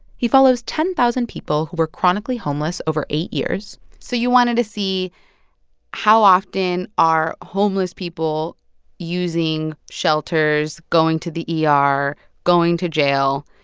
he follows ten thousand people who were chronically homeless over eight years so you wanted to see how often are homeless people using shelters, going to the yeah ah er, going to jail,